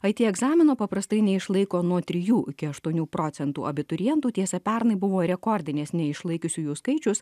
it egzamino paprastai neišlaiko nuo trijų iki aštuonių procentų abiturientų tiesa pernai buvo rekordinis neišlaikiusiųjų skaičius